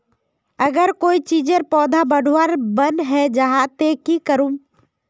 अगर कोई चीजेर पौधा बढ़वार बन है जहा ते की करूम?